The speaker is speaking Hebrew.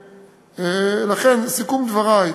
לכן, לסיכום דברי,